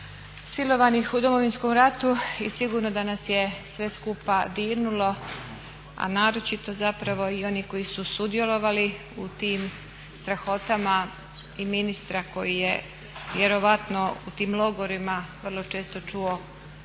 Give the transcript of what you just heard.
silovanih u Domovinskom ratu i sigurno da nas je sve skupa dirnulo a naročito zapravo i oni koji su sudjelovali u tim strahotama i ministra koji je vjerojatno u tim logorima vrlo često čuo